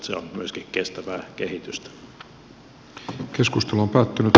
se on myöskin kestävää kehitystä